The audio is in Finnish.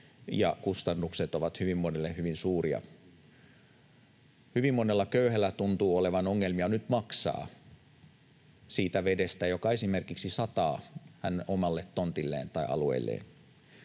ja kustannukset ovat hyvin monelle hyvin suuria. Hyvin monella köyhällä tuntuu olevan ongelmia nyt maksaa siitä vedestä, joka esimerkiksi sataa hänen omalle tontilleen tai alueelleen.